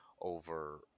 over